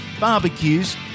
barbecues